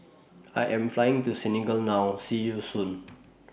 I Am Flying to Senegal now See YOU Soon